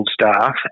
staff